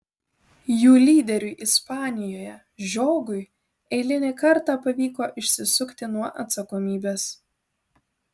jų lyderiui ispanijoje žiogui eilinį kartą pavyko išsisukti nuo atsakomybės